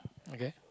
okay